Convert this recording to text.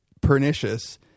pernicious